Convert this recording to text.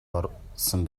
оруулсан